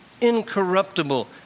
incorruptible